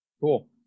Cool